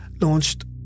launched